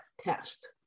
test